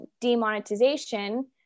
demonetization